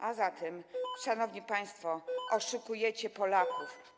A zatem, szanowni państwo, oszukujecie Polaków.